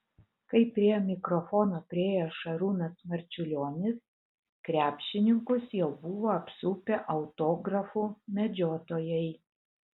kai prie mikrofono priėjo šarūnas marčiulionis krepšininkus jau buvo apsupę autografų medžiotojai